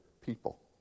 people